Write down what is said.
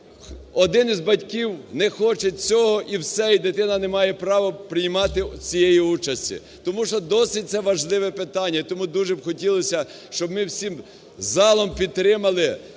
один із батьків не хоче цього і все, і дитина не має права приймати цієї участі. Тому що досить це важливе питання і тому дуже б хотілося, щоб ми всім залом підтримали,